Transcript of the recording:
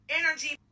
energy